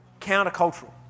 Countercultural